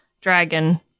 dragon